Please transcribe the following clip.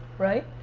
right?